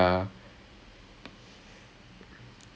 jesus or they have you use it up already